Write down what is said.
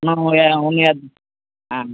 உன் ஆ